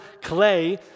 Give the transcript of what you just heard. clay